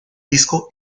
disco